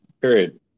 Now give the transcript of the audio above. period